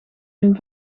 doen